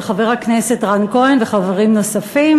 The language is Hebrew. של חבר הכנסת רן כהן וחברים נוספים,